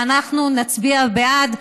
ואנחנו נצביע בעד.